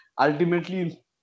ultimately